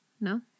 No